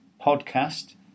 podcast